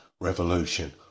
revolution